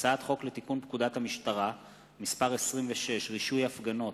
הצעת חוק לתיקון פקודת המשטרה (מס' 26) (רישוי הפגנות),